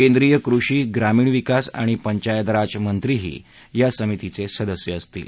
केंद्रीय कृषी ग्रामीण विकास आणि पंचायत राज मंत्रीही या समितीचे सदस्य असतील